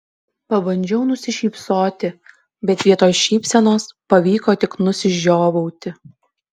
pabandžiau nusišypsoti bet vietoj šypsenos pavyko tik nusižiovauti